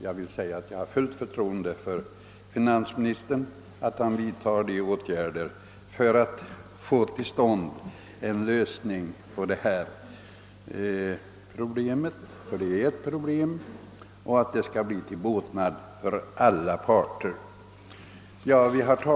Jag har fullt förtroende för att finansministern vidtar åtgärder för att åstadkomma en lösning av problemet som blir till båtnad för alla parter.